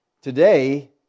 today